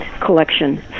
collection